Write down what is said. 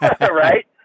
right